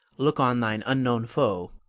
look on thine unknown foe,